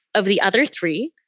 of the other three,